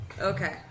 Okay